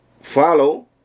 follow